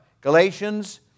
Galatians